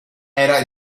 era